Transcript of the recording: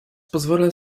pozwolę